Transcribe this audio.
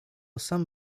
sam